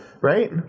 right